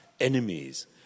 enemies